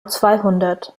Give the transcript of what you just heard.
zweihundert